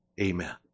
Amen